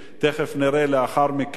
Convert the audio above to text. תיכף נראה, לאחר מכן,